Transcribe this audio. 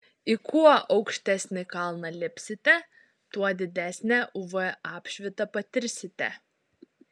į kuo aukštesnį kalną lipsite tuo didesnę uv apšvitą patirsite